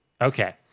Okay